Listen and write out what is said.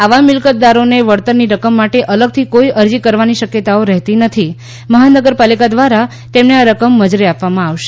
આવા મિલકતદારોએ વળતરની રકમ માટે અલગથી કોઈ અરજી કરવાની આવશ્યકતા રહેતી નથી મહાનગરપાલિકા દ્વારા તેમને આ રકમ મજરે આપશે